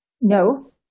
No